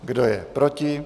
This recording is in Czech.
Kdo je proti?